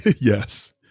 Yes